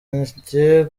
njye